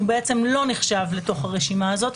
לא נחשב ברשימה הזאת,